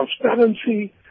transparency